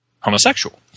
homosexual